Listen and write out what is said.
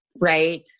Right